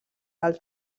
del